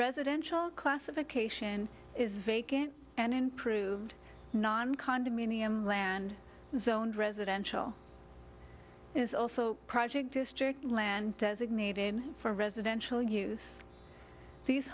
residential classification is vacant and improved non condominium land zoned residential is also project district land designated for residential use these